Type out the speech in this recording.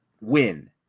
win